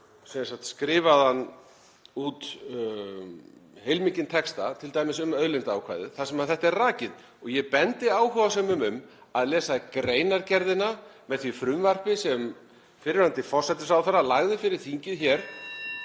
skrifaðan út heilmikinn texta, t.d. um auðlindaákvæðið, þar sem þetta er rakið. Ég bendi áhugasömum um að lesa greinargerðina með því frumvarpi sem fyrrverandi forsætisráðherra lagði fyrir þingið hér